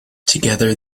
together